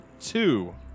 two